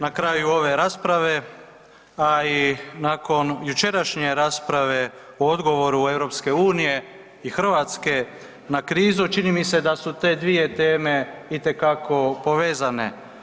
Na kraju ove rasprave, a i nakon jučerašnje rasprave u odgovoru EU i Hrvatske na krizu, čini mi se da su te dvije teme itekako povezane.